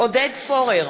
עודד פורר,